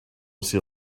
see